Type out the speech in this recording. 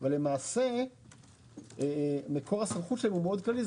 ולמעשה מקור הסמכות שלהן הוא מאוד כללי.